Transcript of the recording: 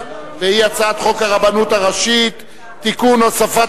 עברה בקריאה טרומית ותועבר לוועדת הכספים,